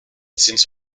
since